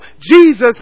Jesus